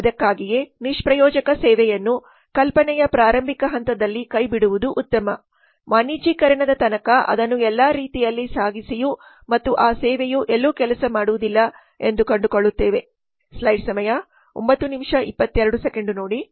ಅದಕ್ಕಾಗಿಯೇ ನಿಷ್ಪ್ರಯೋಜಕ ಸೇವೆಯನ್ನು ಕಲ್ಪನೆಯು ಪ್ರಾರಂಭಿಕ ಹಂತದಲ್ಲಿ ಕೈಬಿಡುವುದು ಉತ್ತಮ ವಾಣಿಜ್ಯೀಕರಣದ ತನಕ ಅದನ್ನು ಎಲ್ಲಾ ರೀತಿಯಲ್ಲಿ ಸಾಗಿಸಿಯು ಮತ್ತು ಆ ಸೇವೆಯು ಎಲ್ಲೂ ಕೆಲಸ ಮಾಡುವುದಿಲ್ಲ ಎಂದು ಕಂಡುಕೊಳ್ಳುತ್ತೇವೆ